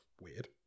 weird